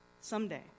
someday